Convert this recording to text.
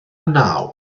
naw